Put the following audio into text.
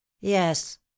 yes